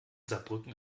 saarbrücken